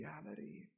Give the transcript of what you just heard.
reality